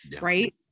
right